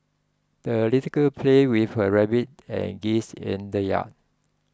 the little girl played with her rabbit and geese in the yard